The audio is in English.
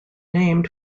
named